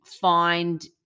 find